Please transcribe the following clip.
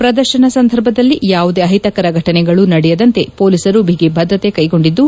ಪ್ರದರ್ಶನ ಸಂದರ್ಭದಲ್ಲಿ ಯಾವುದೇ ಅಹಿತಕರ ಫಟನೆಗಳೂ ನಡೆಯದಂತೆ ಪೊಲೀಸರು ಬಿಗಿಭದ್ರತೆ ಕೈಗೊಂಡಿದ್ದು